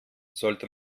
sollte